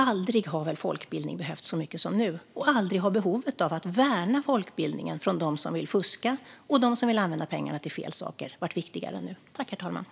Aldrig har väl folkbildning behövts så mycket som nu, och aldrig har behovet av att värna folkbildningen från dem som vill fuska och dem som vill använda pengarna till fel saker varit viktigare än nu.